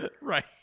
Right